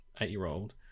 eight-year-old